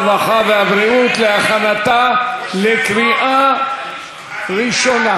הרווחה והבריאות להכנתה לקריאה ראשונה.